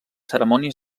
cerimònies